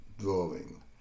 drawing